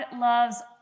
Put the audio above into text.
loves